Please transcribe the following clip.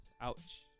Ouch